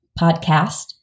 podcast